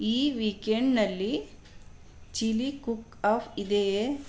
ಈ ವೀಕೆಂಡ್ನಲ್ಲಿ chilli cook off ಇದೆಯೇ